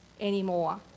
anymore